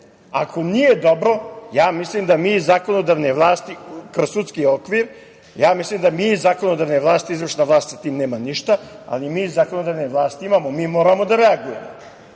ako nije dobro ja mislim da mi iz zakonodavne vlasti, kroz sudski okvir, mislim da iz zakonodavne vlasti, izvršna vlast sa tim nema ništa, ali mi iz zakonodavne vlasti imamo. Mi moramo da reagujemo.